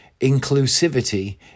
inclusivity